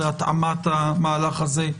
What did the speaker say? להתאמת המהלך הזה,